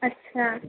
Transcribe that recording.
अच्छा